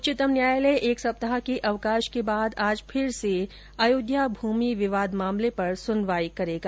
उच्चतम न्यायालय एक सप्ताह के अवकाश के बाद आज से फिर अयोध्या भूमि विवाद मामले पर सुनवाई करेगा